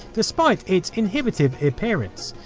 despite it's inhibitive appearance.